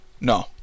No